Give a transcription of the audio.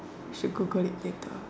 you should Google it later